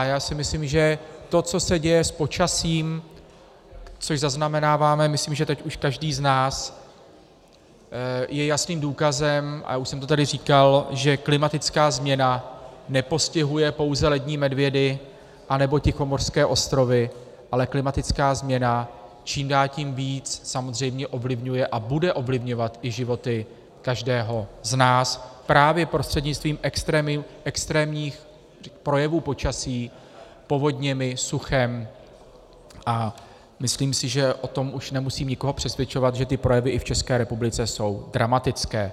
Já si myslím, že to, co se děje s počasím, což zaznamenáváme, myslím, teď už každý z nás, je jasným důkazem, a já už jsem to tady říkal, že klimatická změna nepostihuje pouze lední medvědy nebo tichomořské ostrovy, ale klimatická změna čím dál tím víc ovlivňuje a bude ovlivňovat i životy každého z nás právě prostřednictvím extrémních projevů počasí, povodněmi, suchem, a myslím si, že o tom už nemusím nikoho přesvědčovat, že ty projevy i v České republice jsou dramatické.